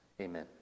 amen